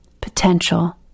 potential